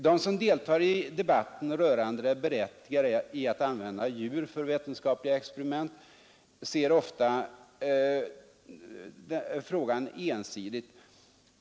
De som deltar i debatten rörande det berättigade i att använda djur för vetenskapliga experiment ser ofta frågan ensidigt.